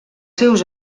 seus